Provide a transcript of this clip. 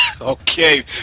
Okay